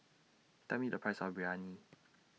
Tell Me The Price of Biryani